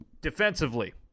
Defensively